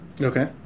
Okay